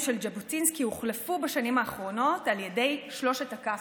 המ"מים של ז'בוטינסקי הוחלפו בשנים האחרונות על ידי שלושת הכ"פים.